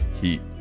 heat